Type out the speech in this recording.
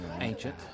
Ancient